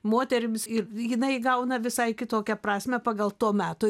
moterims ir jinai įgauna visai kitokią prasmę pagal to meto